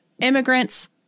immigrants